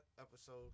episode